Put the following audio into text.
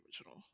original